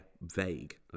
vague